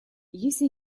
если